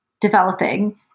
developing